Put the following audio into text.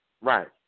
Right